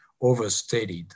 overstated